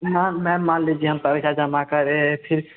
हाँ मैम मान लीजिए कि हम पैसा जमा करे थे